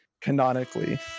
canonically